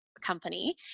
company